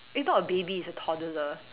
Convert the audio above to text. it's not a baby it's a toddler